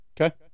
Okay